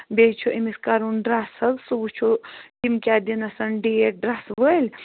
بیٚیہِ چھُ أمِس کرُن ڈرٛس حظ سُہ وُچھو تِم کیٛاہ دِنسن ڈیٹ ڈرٛسہٕ وٲلۍ